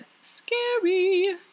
scary